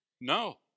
No